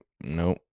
Nope